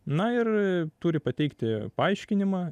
na ir turi pateikti paaiškinimą